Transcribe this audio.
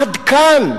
עד כאן,